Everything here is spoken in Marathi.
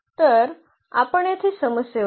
तर आपण येथे समस्येवर जाऊ